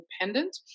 independent